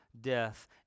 death